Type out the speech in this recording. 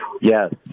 Yes